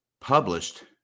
published